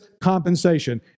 compensation